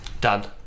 Done